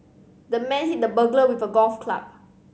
the man hit the burglar with a golf club